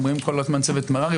אומרים כל הזמן צוות מררי,